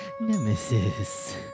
nemesis